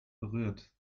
berührt